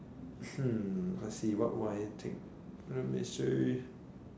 let's see what would I take let me see